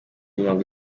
mirongo